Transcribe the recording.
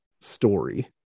story